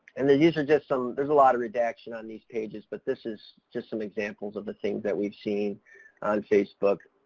and these are just some, there's a lot of redaction on these pages but this is just some examples of the things that we've seen on facebook,